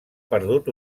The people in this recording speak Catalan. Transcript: perdut